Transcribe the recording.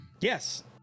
Yes